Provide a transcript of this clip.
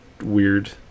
weird